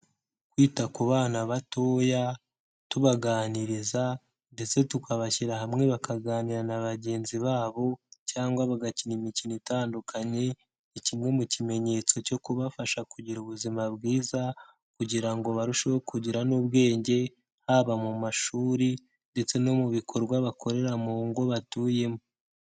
Kwita ku bana batoya tubaganiriza ndetse tukabashyira hamwe bakaganira na bagenzi babo cyangwa bagakina imikino itandukanye, ni kimwe mu kimenyetso cyo kubafasha kugira ubuzima bwiza kugira ngo barusheho kugira n'ubwenge, haba mu mashuri ndetse no mu bikorwa bakorera mu ngo batuyemo.